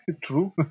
true